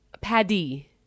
Paddy